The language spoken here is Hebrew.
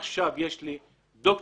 יש לי דוקטור,